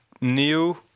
new